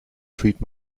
treat